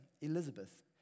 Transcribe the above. Elizabeth